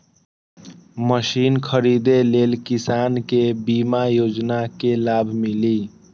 Machine खरीदे ले किसान के बीमा योजना के लाभ मिली?